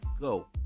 go